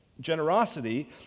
generosity